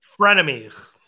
Frenemies